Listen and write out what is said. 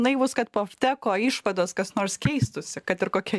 naivūs kad po efteko išvados kas nors keistųsi kad ir kokia